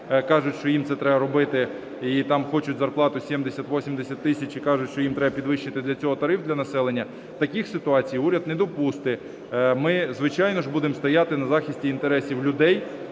кажуть, що їм це треба робити, і хочуть зарплату 70-80 тисяч і кажуть, що їм треба підвищити для цього тариф для населення, таких ситуацій уряд не допустить. Ми, звичайно ж, будемо стояти на захисті інтересів людей